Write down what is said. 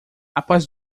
após